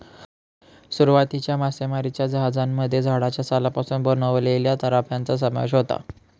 सुरुवातीच्या मासेमारीच्या जहाजांमध्ये झाडाच्या सालापासून बनवलेल्या तराफ्यांचा समावेश होता